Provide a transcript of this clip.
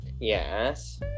yes